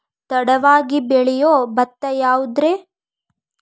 ತಡವಾಗಿ ಬೆಳಿಯೊ ಭತ್ತ ಯಾವುದ್ರೇ?